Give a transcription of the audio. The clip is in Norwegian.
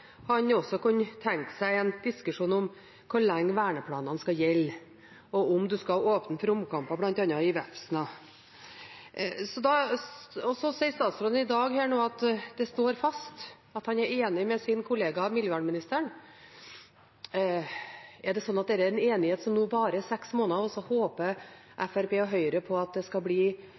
han også kunne tenke seg en diskusjon om hvor lenge verneplanene skal gjelde, og om en skal åpne for omkamper bl.a. i Vefsna. Så sier statsråden her nå at det står fast, at han er enig med sin kollega miljøministeren. Er det slik at dette er en enighet som nå varer i seks måneder, og så håper Fremskrittspartiet og Høyre på at det skal bli